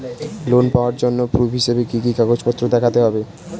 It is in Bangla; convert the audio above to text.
লোন পাওয়ার জন্য প্রুফ হিসেবে কি কি কাগজপত্র দেখাতে হবে?